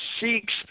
seeks